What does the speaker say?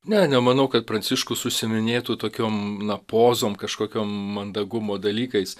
ne nemanau kad pranciškus užsiiminėtų tokiom na pozom kažkokiom mandagumo dalykais